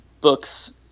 books